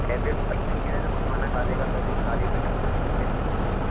tablet तो तब देंगे जब खाना खा लेगा वो खाली पेट हम टैबलेट उसको कैसे दे सकते हैं